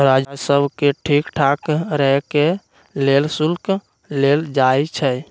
राजस्व के ठीक ठाक रहे के लेल शुल्क लेल जाई छई